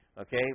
Okay